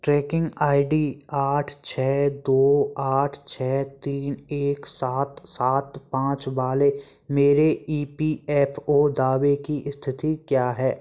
trekking I D आठ छः दो आठ छः तीन एक सात सात पाँच वाले मेरे ई पी एफ ओ दावे की स्थिति क्या है